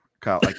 Kyle